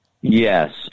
Yes